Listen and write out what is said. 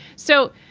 so